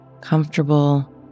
comfortable